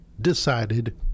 decided